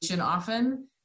often